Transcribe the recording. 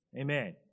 Amen